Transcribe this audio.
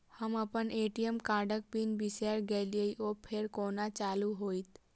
हम अप्पन ए.टी.एम कार्डक पिन बिसैर गेलियै ओ फेर कोना चालु होइत?